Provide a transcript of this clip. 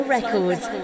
Records